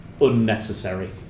unnecessary